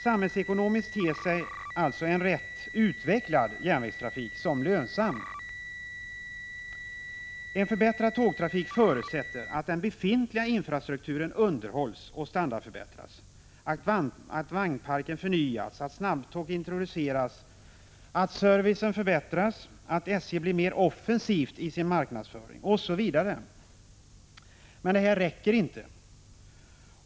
Samhällsekonomiskt ter sig alltså en rätt utvecklad järnvägstrafik lönsam. En förbättrad tågtrafik förutsätter att den befintliga infrastrukturen underhålls och standardförbättras, att vagnparken förnyas, att snabbtåg introduceras, att servicen förbättras, att SJ blir mer offensivt i sin marknadsföring osv. Men detta räcker ej.